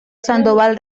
sandoval